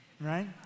right